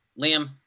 Liam